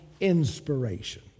inspiration